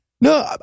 no